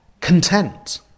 content